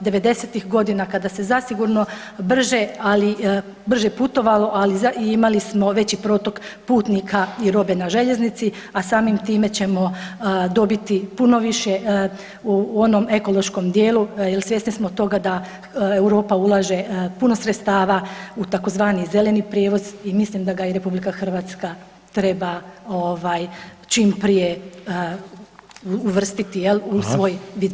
'90.-tih godina kada se zasigurno brže ali, brže putovalo ali i imali smo veći protok putnika i robe na željeznici, a samim time ćemo dobiti puno više u onom ekološkom dijelu jer svjesni smo toga da Europa ulaže puno sredstava u tzv. zeleni prijevoz i mislim da ga i RH treba ovaj čim prije uvrstiti jel u svoj [[Upadica: Hvala.]] vid prijevoza.